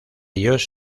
ellos